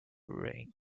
reign